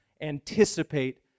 anticipate